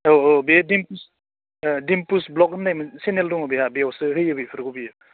औ औ बेयो डिम्पुस डिम्पुस भ्लग होननाय चेनेल दङ बिहा बेयावसो होयो बेफोरखौ बियो